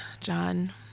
John